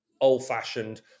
old-fashioned